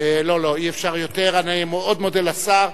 אני מאוד מודה לשר.